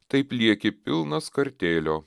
taip lieki pilnas kartėlio